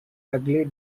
ugly